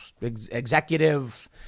executive